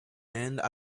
and